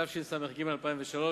התשס"ג 2003,